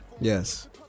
Yes